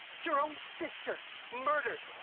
your own sister. murdered.